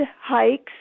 hikes